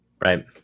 Right